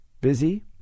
Busy